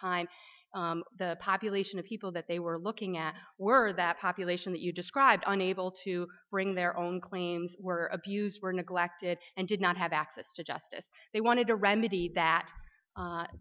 time the population of people that they were looking at were that population that you described on able to bring their own claims were abused or neglected and did not have access to justice they wanted to remedy that